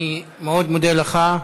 אני מאוד מודה לך.